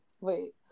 wait